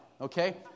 Okay